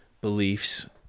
beliefs